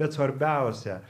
bet svarbiausia